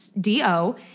D-O